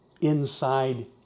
inside